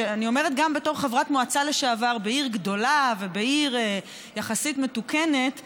שאני אומרת גם בתור חברת מועצה לשעבר בעיר גדולה ובעיר יחסית מתוקנת,